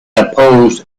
opposed